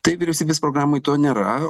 taip vyriausybės programoj to nėra